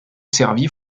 servi